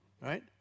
right